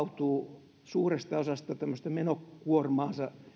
työnantajat vapautuvat suuresta osasta tämmöisestä menokuormastaan